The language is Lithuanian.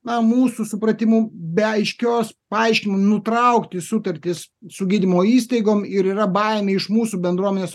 na mūsų supratimu be aiškios paaiškinimų nutraukti sutartis su gydymo įstaigom ir yra baimė iš mūsų bendruomenės